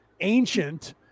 ancient